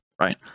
right